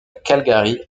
calgary